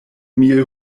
mil